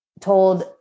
told